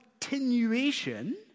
continuation